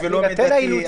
זאת אומרת,